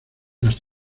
las